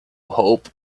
hope